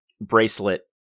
bracelet